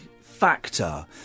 factor